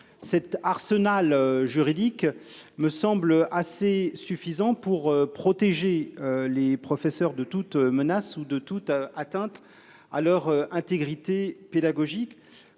Cet arsenal juridique me semble suffisant pour protéger les professeurs de toute menace ou atteinte à leur intégrité pédagogique.